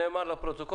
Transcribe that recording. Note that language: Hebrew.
זה נאמר לפרוטוקול.